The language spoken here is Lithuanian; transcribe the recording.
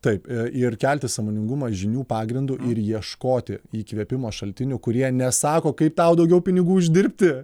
taip ir kelti sąmoningumą žinių pagrindu ir ieškoti įkvėpimo šaltinių kurie nesako kaip tau daugiau pinigų uždirbti